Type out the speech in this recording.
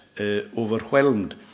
overwhelmed